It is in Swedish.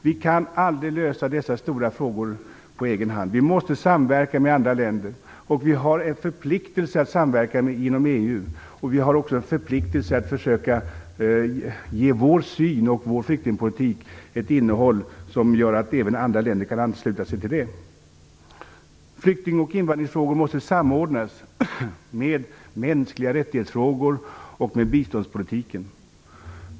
Vi kan aldrig lösa dessa stora frågor på egen hand utan måste samverka med andra länder. Vi har en förpliktelse att samverka inom EU. Vi har också en förpliktelse att försöka ge vår flyktingpolitik ett innehåll som även andra länder kan ansluta sig till. Flykting och invandringsfrågor måste samordnas med mänskliga rättighets-frågor och med biståndspolitiken.